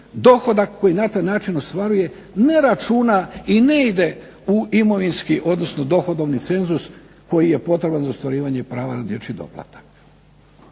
dohodak koji na taj način ostvaruje ne računa i ne ide u imovinski, odnosno dohodovni cenzus koji je potreban za ostvarivanje prava na dječji doplatak.